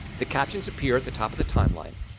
the captions appear at the top of the timeline,